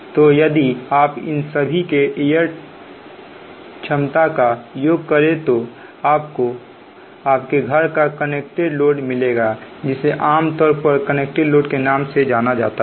तो यदि आप इन सभी के रेटेड क्षमता का योग करें तो आपको आपके घर का कनेक्टेड लोड मिलेगा जिसे आमतौर पर कनेक्टेड लोड के नाम से जाना जाता है